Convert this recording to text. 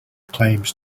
claims